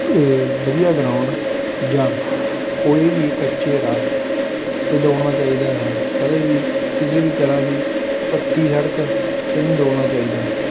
ਵਧੀਆ ਗਰਾਊਂਡ ਜਾਂ ਕੋਈ ਵੀ ਕੱਚੇ ਰਾਹ 'ਤੇ ਦੌੜਨਾ ਚਾਹੀਦਾ ਹੈ ਕਦੇ ਵੀ ਕਿਸੇ ਵੀ ਤਰ੍ਹਾਂ ਦੀ ਪੱਕੀ ਸੜਕ 'ਤੇ ਨਹੀਂ ਦੌੜਨਾ ਚਾਹੀਦਾ